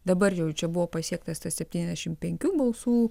dabar jau čia buvo pasiektas tas septyniasdešim penkių balsų